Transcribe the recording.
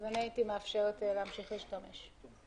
אני הייתי מאפשרת להמשיך להשתמש.